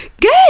Good